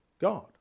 God